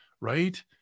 Right